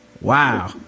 Wow